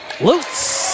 Lutz